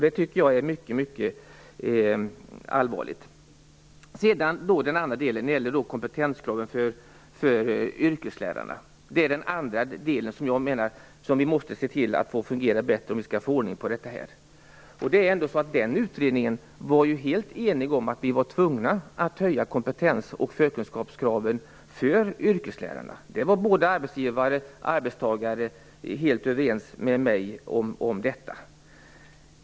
Detta tycker jag är mycket allvarligt. När det gäller kompetenskraven för yrkeslärarna måste vi se till att det blir bättre så att vi får ordning på det hela. Utredningen var helt enig om att vi var tvungna att höja kompetens och förkunskapskraven för yrkeslärarna. Både arbetsgivare och arbetstagare var helt överens med mig om detta.